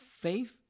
faith